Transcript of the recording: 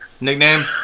nickname